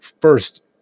first